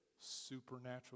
supernatural